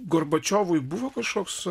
gorbačiovui buvo kažkoks